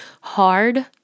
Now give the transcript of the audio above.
hard